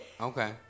Okay